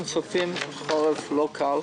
אנחנו צופים חורף לא קל.